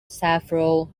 several